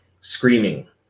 screaming